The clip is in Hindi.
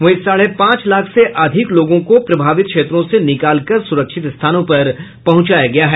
वहीं साढ़े पांच लाख से अधिक लोगों को प्रभावित क्षेत्रों से निकालकर सुरक्षित स्थानों पर पहुंचाया गया है